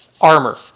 armor